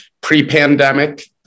pre-pandemic